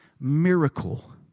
miracle